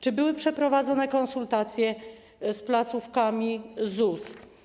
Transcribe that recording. Czy były przeprowadzone konsultacje z placówkami ZUS?